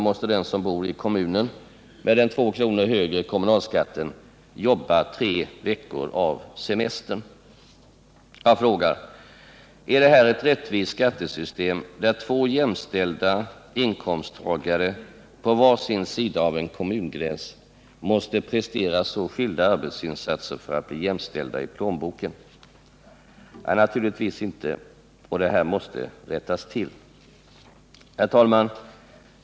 måste den som bor i kommunen med den 2 kr. högre kommunalskatten jobba tre veckor av semestern. Jag frågar: Är det ett rättvist skattesystem där två jämställda inkomsttagare på var sin sida om en kommungräns måste prestera så skilda arbetsinsatser för att bli jämställda i plånboken? Naturligtvis inte. Det här måste rättas till. Herr talman!